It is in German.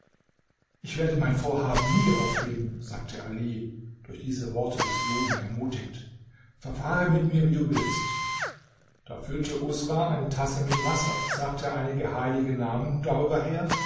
ich werde mein vorhaben nie aufgeben sagte ali durch diese worte des juden ermutigt verfahre mit mir wie du willst da füllte usra eine tasse mit wasser sagte einige heilige namen darüber her